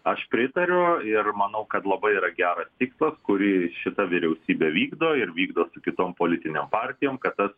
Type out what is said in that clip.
aš pritariu ir manau kad labai yra geras tikslas kurį šita vyriausybė vykdo ir vykdo su kitom politinėm partijom kad tas